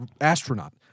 astronaut